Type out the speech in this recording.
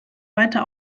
weiter